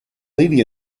lady